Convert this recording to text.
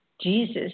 Jesus